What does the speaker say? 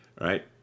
Right